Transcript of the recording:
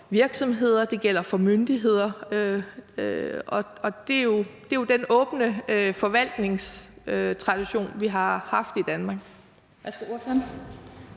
virksomheder, det gælder for myndigheder, og det er jo den åbne forvaltningstradition, vi har haft i Danmark.